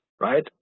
right